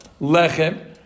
Lechem